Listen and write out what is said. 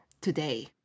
today